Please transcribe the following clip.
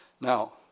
Now